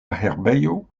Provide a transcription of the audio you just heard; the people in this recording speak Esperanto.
herbejo